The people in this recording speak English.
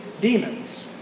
demons